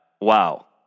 wow